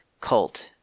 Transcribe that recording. cult